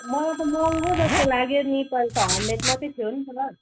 मलाई त महँगो जस्तो लाग्यो नि पहिला त हन्ड्रेड मात्रै थियो नि त